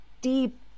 deep